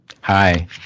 Hi